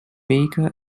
baker